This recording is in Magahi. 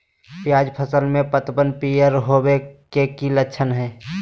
प्याज फसल में पतबन पियर होवे के की लक्षण हय?